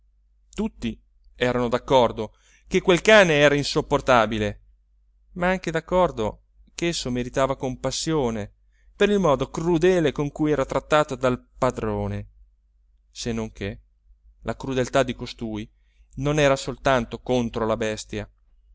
tutti erano d'accordo che quel cane era insopportabile ma anche d'accordo ch'esso meritava compassione per il modo crudele con cui era trattato dal padrone se non che la crudeltà di costui non era soltanto contro la bestia